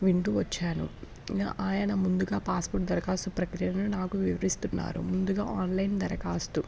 వింటూ వచ్చాను ఆయన ముందుగా పాస్పోర్ట్ దరఖాస్తు ప్రక్రియను నాకు వివరిస్తున్నారు ముందుగా ఆన్లైన్ దరఖాస్తు